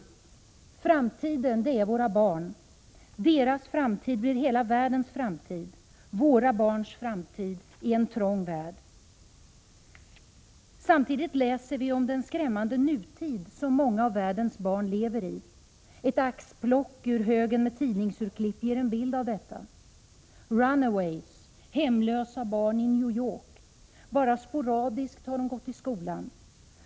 Framtiden är våra barn. Deras framtid blir hela världens framtid — våra barns framtid i en trång värld. Samtidigt läser vi om den skrämmande nutid som många av världens barn lever i. Ett axplock ur högen med tidningsurklipp ger en bild av detta. Runaways — hemlösa barn i New York. Bara sporadiskt har de gått i skola.